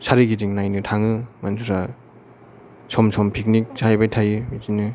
सारिगिदिं नायनो थाङो मानसिफ्रा सम सम फिकनिक जाहैबाय थायो बिदिनो